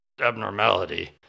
abnormality